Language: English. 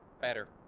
Better